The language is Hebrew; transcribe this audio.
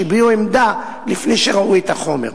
שהביעו עמדה לפני שראו את החומר.